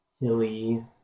hilly